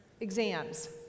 Exams